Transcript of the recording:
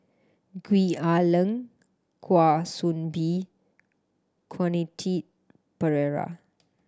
Gwee Ah Leng Kwa Soon Bee Quentin Pereira